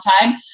time